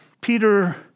Peter